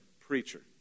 preacher